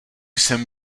jsem